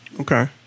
Okay